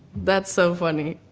that's so funny.